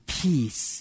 peace